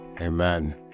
Amen